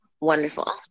wonderful